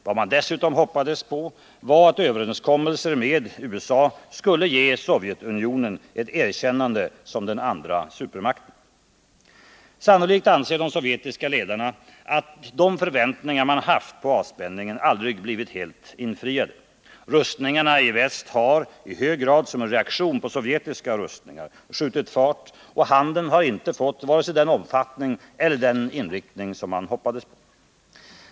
Vad man dessutom hoppades på var att överenskommelser med USA skulle ge Sovjetunionen ett erkännande som den andra supermakten. Sannolikt anser de sovjetiska ledarna att de förväntningar man haft på avspänningen aldrig blivit helt infriade. Rustningarna i väst har — i hög grad som en reaktion på sovjetiska rustningar — skjutit fart, och handeln har inte fått vare sig den omfattning eller den inriktning man hoppats på.